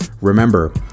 Remember